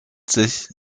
sich